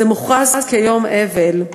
זה מוכרז כיום אבל.